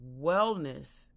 wellness